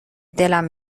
دلم